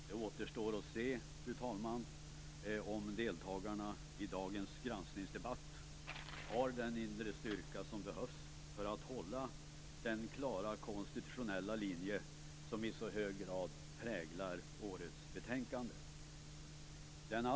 Det återstår att se, fru talman, om deltagarna i dagens granskningsdebatt har den inre styrka som behövs för att hålla den klara konstitutionella linje som i så hög grad präglar årets betänkande.